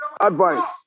advice